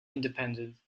independent